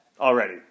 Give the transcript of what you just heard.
already